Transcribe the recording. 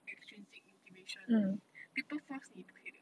extrinsic motivation people force 你不可以的